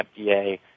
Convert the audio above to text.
FDA